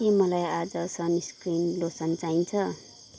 के मलाई आज सनस्क्रिन लोसन चाहिन्छ